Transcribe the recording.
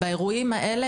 באירועים האלה,